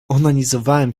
onanizowałam